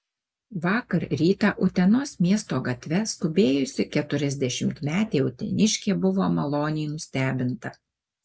vakar rytą utenos miesto gatve skubėjusi keturiasdešimtmetė uteniškė buvo maloniai nustebinta